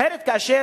אחר כך,